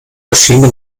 verschiedene